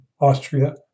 Austria